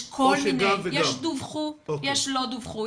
יש מקרים שדווחו ויש מקרים שלא דווחו.